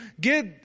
get